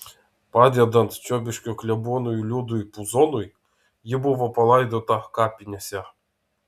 padedant čiobiškio klebonui liudui puzonui ji buvo palaidota kapinėse